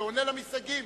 כעונה למסתייגים,